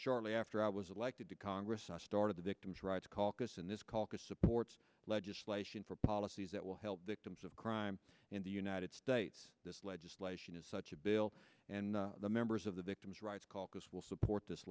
shortly after i was elected to congress the start of the victims rights caucus in this caucus supports legislation for policies that will help victims of crime in the united states this legislation is such a bill and the members of the victims rights caucus will support this